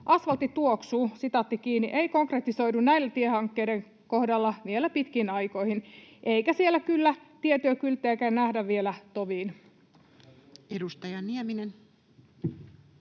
”asfaltti tuoksuu” ei konkretisoidu näiden tiehankkeiden kohdalla vielä pitkiin aikoihin, eikä siellä kyllä tietyökylttejäkään nähdä vielä toviin. [Speech